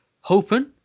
hoping